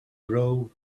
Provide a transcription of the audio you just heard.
grow